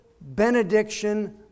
benediction